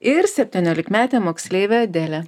ir septyniolikmetė moksleivė adelė sveiki